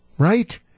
Right